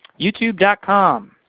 youtube com,